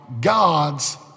God's